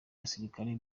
gisirikare